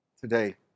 today